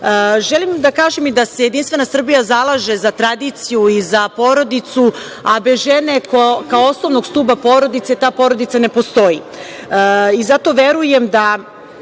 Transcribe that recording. da kažem i da se Jedinstvena Srbija zalaže za tradiciju i za porodicu, a bez žene kao osnovnog stuba porodice ta porodica ne postoji. Zato verujem da